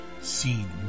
seen